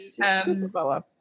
superpower